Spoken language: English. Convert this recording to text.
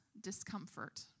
discomfort